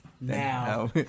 Now